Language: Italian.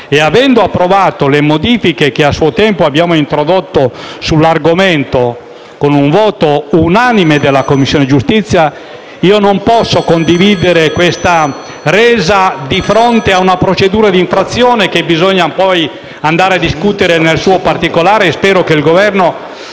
avendo approvato le modifiche che a suo tempo abbiamo introdotto sull'argomento, con un voto unanime della Commissione giustizia, io non posso condividere questa resa di fronte ad una procedura di infrazione che bisognerà poi andare a discutere nel particolare, e spero che il Governo